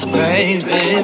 baby